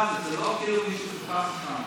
של, זה לא כאילו שמישהו, שם.